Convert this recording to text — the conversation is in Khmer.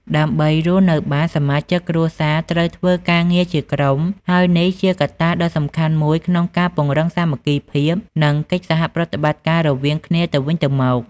ដើម្បីរស់នៅបាន សមាជិកគ្រួសារត្រូវធ្វើការងារជាក្រុម ហើយនេះជាកត្តាដ៏សំខាន់មួយក្នុងការ ពង្រឹងសាមគ្គីភាព និង កិច្ចសហប្រតិបត្តិការ រវាងគ្នាទៅវិញទៅមក។